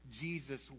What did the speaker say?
Jesus